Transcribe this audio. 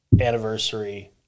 anniversary